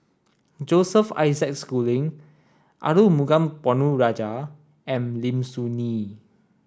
Joseph Isaac Schooling Arumugam Ponnu Rajah and Lim Soo Ngee